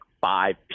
five